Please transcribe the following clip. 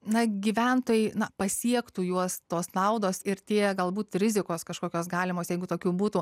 na gyventojai na pasiektų juos tos naudos ir tie galbūt rizikos kažkokios galimos jeigu tokių būtų